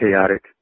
chaotic